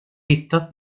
hittat